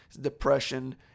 depression